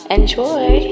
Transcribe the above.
Enjoy